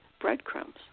breadcrumbs